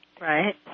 Right